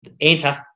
enter